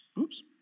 Oops